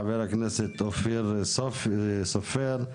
חה"כ אופיר סופר,